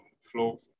Flow